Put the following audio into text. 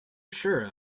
sure